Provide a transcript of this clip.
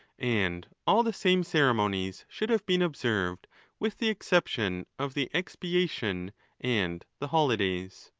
and all the same ceremonies should have been observed with the exception of the expiation and the holidays.